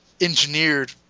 engineered